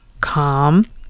Calm